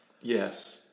Yes